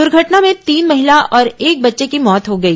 दुर्घटना में तीन महिला और एक बच्चे की मौत हो गई